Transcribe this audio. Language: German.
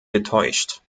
getäuscht